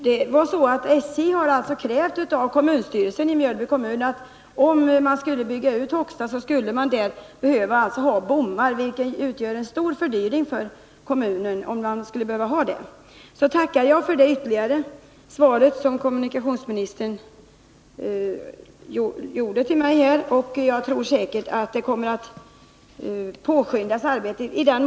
Den senaste oljekatastrofen i Stockholms skärgård visar än en gång att radikala åtgärder är nödvändiga för att undanröja det hot mot detta unika och miljömässigt känsliga område som dagens oljetransporter utgör. Det kan ifrågasättas om förbättrade farleder och förbättrat oljeskydd är tillräckligt.